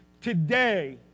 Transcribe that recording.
Today